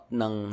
ng